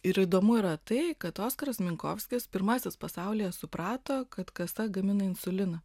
ir įdomu yra tai kad oskaras minkovskis pirmąsias pasaulyje suprato kad kasa gamina insuliną